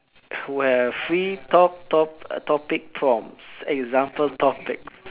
we have free top~ top~ topic prompts example topics